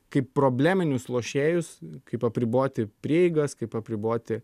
kaip probleminius lošėjus kaip apriboti prieigas kaip apriboti